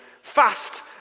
Fast